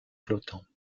flottants